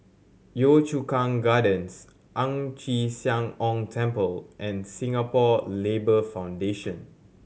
Yio Chu Kang Gardens Ang Chee Sia Ong Temple and Singapore Labour Foundation